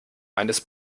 eines